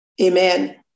amen